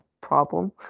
problem